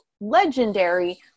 legendary